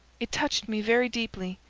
it touched me very deeply.